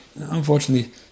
Unfortunately